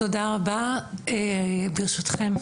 תודה רבה, ברשותכם,